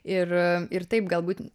ir ir taip galbūt